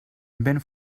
ben